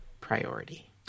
priority